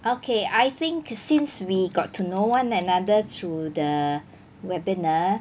okay I think since we got to know one another through the webinar